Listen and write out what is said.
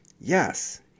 Yes